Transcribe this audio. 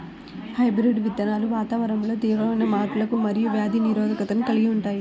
hybrid విత్తనాలు వాతావరణంలో తీవ్రమైన మార్పులకు మరియు వ్యాధి నిరోధకతను కలిగి ఉంటాయి